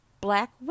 black